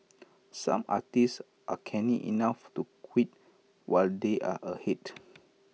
some artists are canny enough to quit while they are ahead